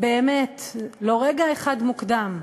באמת, לא רגע אחד מוקדם,